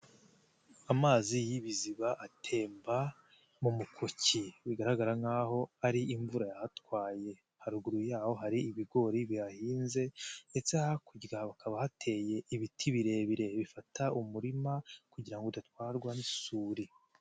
Amazi y'ibiziba atemba mu mukoki, bigaragara nkaho ari imvura yahatwaye, haruguru yaho hari ibigori bihahinze ndetse hakurya hakaba hateye ibiti birebire bifata umurima kugira ngo udatwarwa n'isuri.